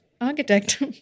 Architect